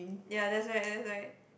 ya that's why that's why